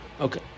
Okay